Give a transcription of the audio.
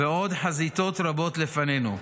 ועוד חזיתות רבות לפנינו.